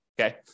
Okay